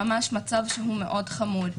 במצב מאוד חמור.